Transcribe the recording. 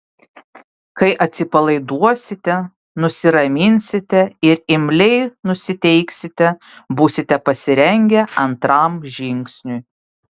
kai atsipalaiduosite nusiraminsite ir imliai nusiteiksite būsite pasirengę antram žingsniui